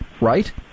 right